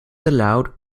allowed